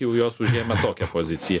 jau jos užėmę tokią poziciją